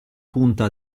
punta